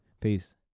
Peace